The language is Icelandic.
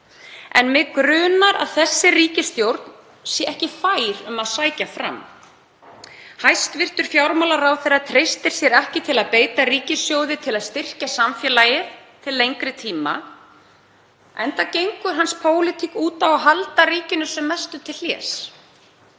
En mig grunar að þessi ríkisstjórn sé ekki fær um að sækja fram. Hæstv. fjármálaráðherra treystir sér ekki til að beita ríkissjóði til að styrkja samfélagið til lengri tíma enda gengur hans pólitík út á að halda ríkinu sem mest til hlés.